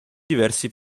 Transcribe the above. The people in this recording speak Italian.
diversi